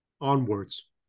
onwards